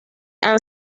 han